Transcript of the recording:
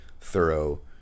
thorough